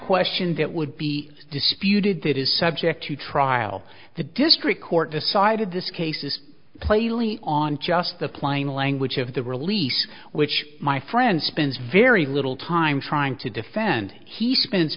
questions that would be disputed that is subject to trial the district court decided this case is plainly on just the plain language of the release which my friend spends very little time trying to defend he spends